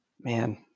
man